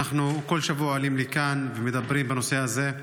אנחנו כל שבוע עולים לכאן ומדברים בנושא הזה.